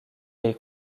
est